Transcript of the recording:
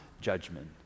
judgment